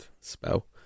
spell